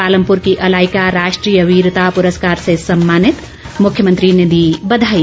पालमपुर की अलाइका राष्ट्रीय वीरता पुरस्कार से सम्मानित मुख्यमंत्री ने दी बधाई